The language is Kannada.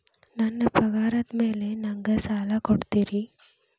ನನ್ನ ಪಗಾರದ್ ಮೇಲೆ ನಂಗ ಸಾಲ ಕೊಡ್ತೇರಿ?